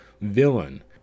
villain